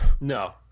No